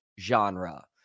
genre